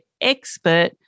expert